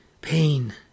Pain